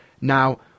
Now